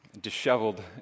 disheveled